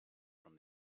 from